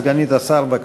סגנית השר, בבקשה.